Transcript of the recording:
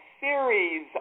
series